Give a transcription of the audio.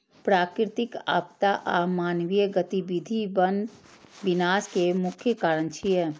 प्राकृतिक आपदा आ मानवीय गतिविधि वन विनाश के मुख्य कारण छियै